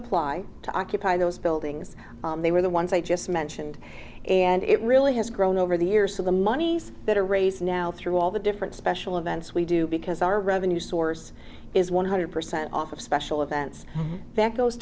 apply to occupy those buildings they were the ones i just mentioned and it really has grown over the years of the monies that are raised now through all the different special events we do because our revenue source is one hundred percent off of special events that goes